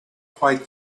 quite